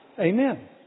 Amen